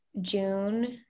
June